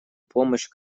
помощь